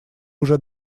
уже